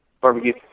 Barbecue